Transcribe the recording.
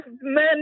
men